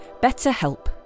BetterHelp